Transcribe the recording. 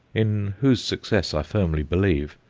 in whose success i firmly believe,